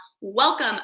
welcome